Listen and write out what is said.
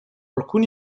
alcuni